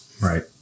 Right